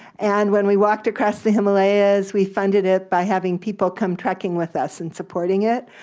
and when we walked across the himalayas, we funded it by having people come trekking with us and supporting it.